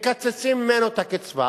מקצצים ממנו את הקצבה.